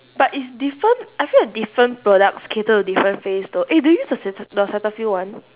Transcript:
but it's different I feel like different products cater to different face though eh do you use the ceta~ the cetaphil one